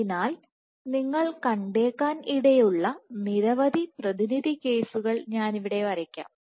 അതിനാൽ നിങ്ങൾ കണ്ടേക്കാൻ ഇടയുള്ള ഉള്ള നിരവധി പ്രതിനിധി കേസുകൾ ഞാനിവിടെ വയ്ക്കാം